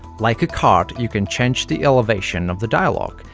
like a card, you can change the elevation of the dialog,